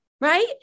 right